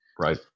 Right